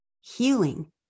Healing